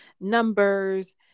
numbers